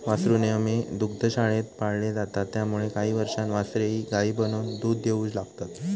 वासरू नेहमी दुग्धशाळेत पाळले जातात त्यामुळे काही वर्षांत वासरेही गायी बनून दूध देऊ लागतात